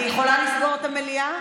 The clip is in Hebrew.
אני יכולה לסגור את המליאה?